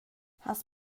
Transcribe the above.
has